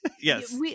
Yes